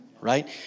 right